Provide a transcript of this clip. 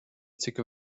cik